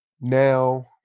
now